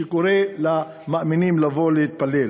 שקוראים למאמינים לבוא להתפלל.